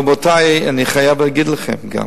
רבותי, אני חייב להגיד לכם גם